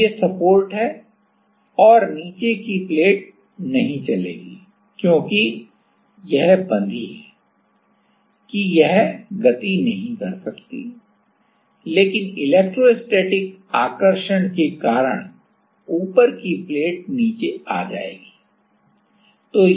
तो ये सपोर्ट हैं और नीचे की प्लेट नहीं चलेगी क्योंकि यह बंधी है कि यह गति नहीं कर सकती लेकिन इलेक्ट्रोस्टैटिक आकर्षण के कारण ऊपर की प्लेट नीचे आ जाएगी